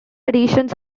editions